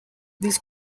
this